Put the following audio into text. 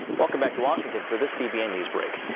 welcome back to washington for this cbn newsbreak.